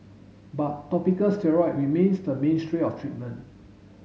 but topical steroid remains the mainstream of treatment